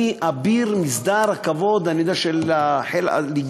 אני אביר מסדר הכבוד של הלגיון,